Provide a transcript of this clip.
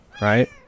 Right